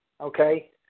okay